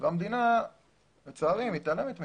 והמדינה לצערי מתעלמת מזה.